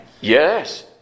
yes